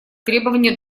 требования